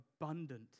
abundant